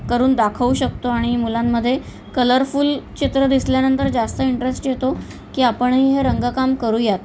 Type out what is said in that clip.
करून दाखवू शकतो आणि मुलांमधे कलरफुल चित्र दिसल्यानंतर जास्त इंटरेस्ट येतो की आपणही हे रंगकाम करूयात